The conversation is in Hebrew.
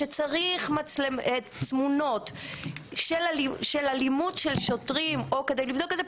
כשצריך תמונות של אלימות של שוטרים או כדי לבדוק את זה,